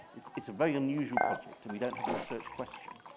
it's it's a very unusual project. and we don't have a research question.